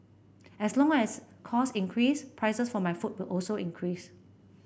as long as costs increase prices for my food will also increase